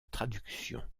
traduction